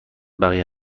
بقیه